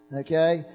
Okay